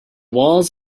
walls